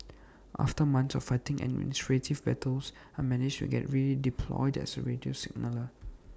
after months of fighting administrative battles I managed to get redeployed as A radio signaller